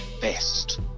best